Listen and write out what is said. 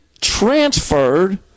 transferred